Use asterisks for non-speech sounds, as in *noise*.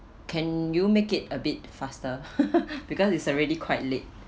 can you make it a bit faster *laughs* because it's already quite late